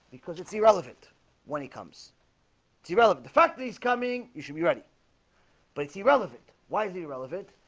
because it's irrelevant when he comes do you relevant the fact that he's coming you should be ready but it's irrelevant. why is he relevant?